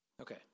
Okay